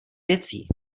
věcí